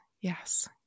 yes